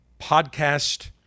podcast